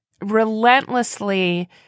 relentlessly